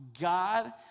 God